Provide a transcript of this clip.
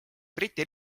briti